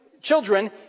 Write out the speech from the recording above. children